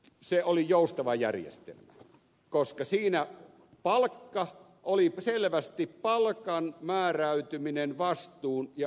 se oli joustava järjestelmä koska siinä palkka määräytyi selvästi vastuun ja ansioitten mukaan